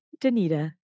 Danita